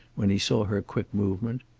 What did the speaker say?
when he saw her quick movement.